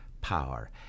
power